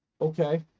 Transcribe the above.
Okay